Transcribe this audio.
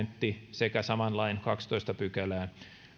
sekä saman lain kahdenteentoista pykälään